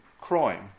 crime